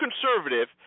conservative